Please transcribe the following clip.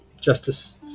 Justice